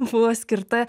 buvo skirta